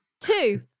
Two